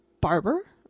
Barber